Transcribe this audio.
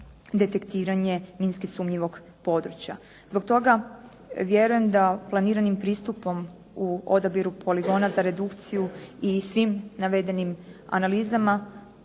detektiranje minski sumnjivog područja. Zbog toga vjerujem da planiranim pristupom u odabiru poligona za redukciju i svim navedenim analizama